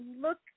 look